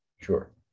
Sure